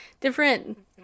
different